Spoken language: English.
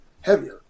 heavier